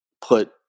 put